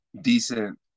decent